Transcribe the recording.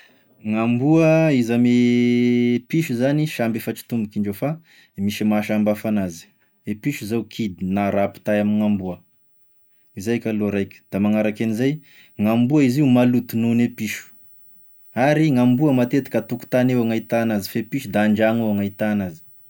Gn'amboa, izy ame piso zany, samby efatry tombok'indreo, fa misy mahasambihafa anazy, i piso zao kidy na raha ampitahay amign'amboa, zay kaloha raiky, da magnaraky agn'izay, gn'amboa izy io maloto noho ne piso, ary gn'amboa matetiky antokontany avao gn'ahita an'azy fa e piso da an-dragno avao gn'ahita an'azy.